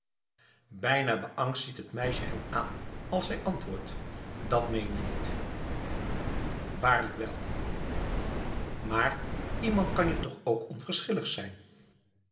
bijna beangst ziet het meisje hem aan als zij antwoordt dat meen je niet waarlijk wel maar iemand kan je toch ook onverschillig zijn